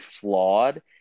flawed